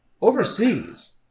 Overseas